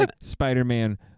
Spider-Man